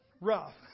rough